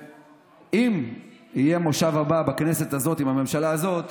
ואם יהיה מושב הבא בכנסת הזאת עם הממשלה הזאת,